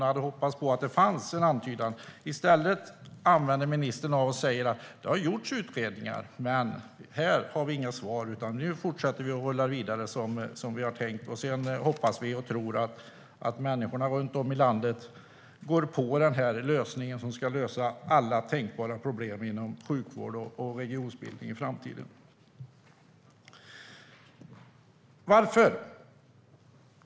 Jag hade hoppats att det fanns en antydan. I stället säger ministern: Det har gjorts utredningar. Men här har vi inga svar, utan nu rullar vi vidare som vi har tänkt. Sedan hoppas och tror vi att människorna runt om i landet går på den här lösningen, som ska lösa alla tänkbara problem inom sjukvård och regionsbildning i framtiden.